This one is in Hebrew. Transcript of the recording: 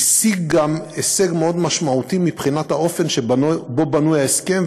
השיג הישג מאוד משמעותי מבחינת האופן שבו בנוי ההסכם,